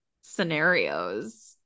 scenarios